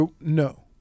No